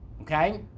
okay